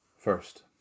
First